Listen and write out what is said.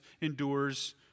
endures